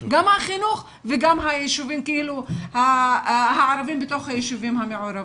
גם החינוך וגם היישובים כאילו הערבים בתוך היישובים המעורבים.